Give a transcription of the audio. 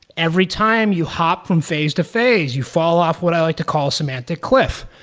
every time you hop from face-to-face, you fall off what i like to call semantic cliff,